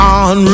on